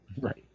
Right